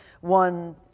one